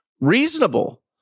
reasonable